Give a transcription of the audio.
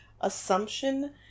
assumption